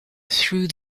through